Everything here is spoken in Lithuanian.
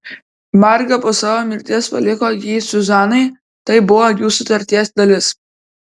marga po savo mirties paliko jį zuzanai tai buvo jų sutarties dalis